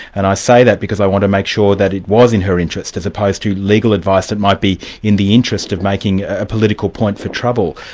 and i say that because i want to make sure that it was in her interest, as opposed to legal advice that might be in the interest of making a political point for trouble.